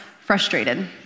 frustrated